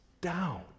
down